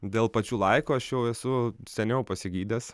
dėl pačių laikų aš jau esu seniau pasigydęs